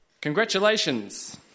Congratulations